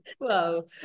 Wow